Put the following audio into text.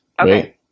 okay